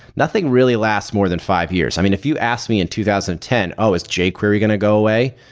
nothing really lasts more than five years. i mean, if you asked me in two thousand ten, oh, is jquery going to go away?